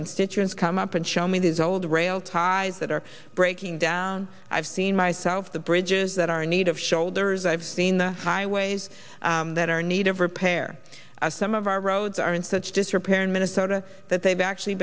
constituents come up and show me these old rail ties that are breaking down i've seen myself the bridges that are in need of shoulders i've seen the highways that are in need of repair some of our roads are in such disrepair in minnesota that they've actually